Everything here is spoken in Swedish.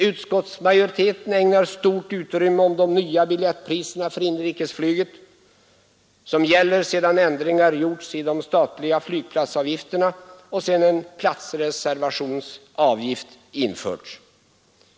Utskottsmajoriteten ägnar stort utrymme åt de nya biljettpriserna för inrikesflyget, som gäller sedan ändringar gjorts i de statliga flygplatsavgifterna och sedan en platsreservationsavgift införts.